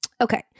Okay